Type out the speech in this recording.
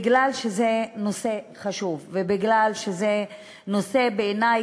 מפני שזה נושא חשוב ומפני שזה נושא שבעיני,